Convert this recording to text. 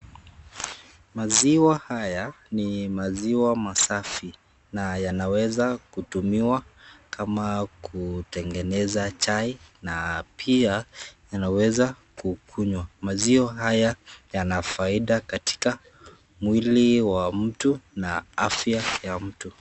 Maziwa haya ni maziwa masafi na yanaweza kutumiwa kama kutegeneza chai na pia yanaweza kukunywa. Maziwa haya yanafaida katika mwili wa mtu na afya ya mtu.